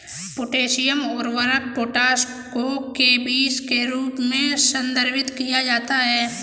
potassium उर्वरक potash को केबीस के रूप में संदर्भित किया जाता है